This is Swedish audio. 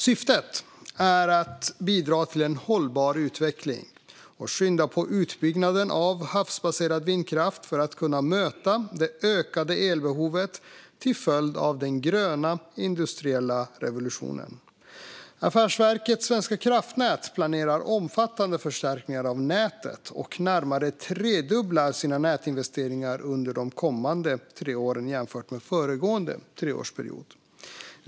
Syftet är att bidra till en hållbar utveckling och skynda på utbyggnaden av havsbaserad vindkraft för att kunna möta det ökade elbehovet till följd av den gröna industriella revolutionen. Affärsverket svenska kraftnät planerar omfattande förstärkningar av nätet och närmare tredubblar sina nätinvesteringar under de kommande tre åren jämfört med föregående treårsperiod.